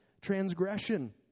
transgression